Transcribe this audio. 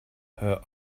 her